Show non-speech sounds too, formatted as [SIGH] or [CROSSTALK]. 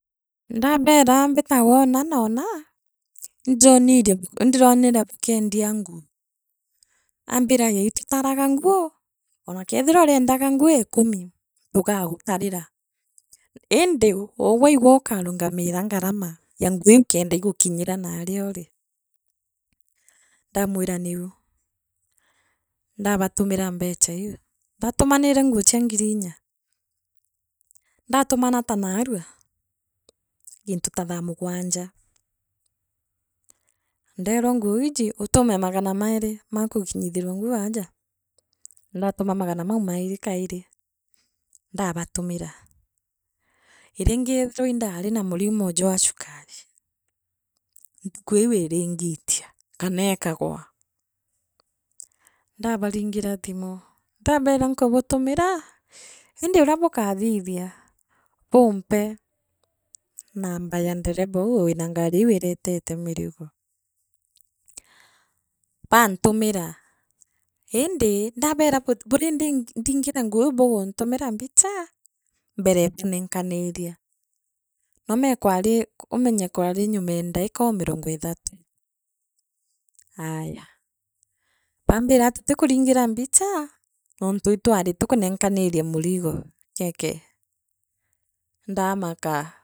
Ndaabera mbitagwa una nona, indirunirue indirunere bukienda nguu, ambira ii itutaraga nguu ona keethira urienda nguu ikumi tugagutarira. Indi u ugwe igwe ukarungamira ngarama ya nguo iu kenda igukinyira naaria uri, ndaamwira niu ndabatumira mbecha iu ndatu manire nguu chia ngiri inya, ndatumana ta naarua, gintu ta thaa mugwanja Ndeerwa nguu iiji utume magana mairi ma gukinyithirua nguu aaja, ndatuma magana mau mairi kairi, ndabatumira. Iriingiithirwa indari na murimo jwa sukari, ntuku iu iringi itia uria bukaathithia buumpe namba ya ndereba uu wira ngari ru ireetete mirigo. Bantu mira, indi ndabeera buri buringindingi nguo iu bugantumira mbicha, mbere buuneenkaniria. Noome kwari nomenye kwani nyuma ee ndaika uu mirongo [NOISE] ithatu aayaa, baambira tutikuringira mbicha nontu itwaari tukuneenkaniria murigo keekee ndaamaka.